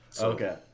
Okay